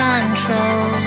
Control